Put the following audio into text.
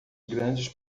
grandes